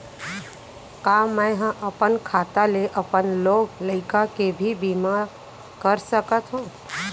का मैं ह अपन खाता ले अपन लोग लइका के भी बीमा कर सकत हो